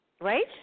right